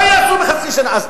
מה יעשו בחצי שנה?